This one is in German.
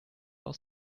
aus